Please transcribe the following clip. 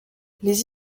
les